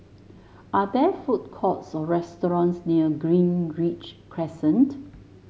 are there food courts or restaurants near Greenridge Crescent